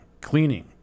cleaning